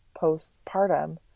postpartum